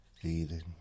...feeling